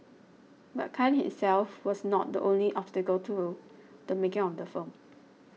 but Khan hit self was not the only obstacle to the making of the film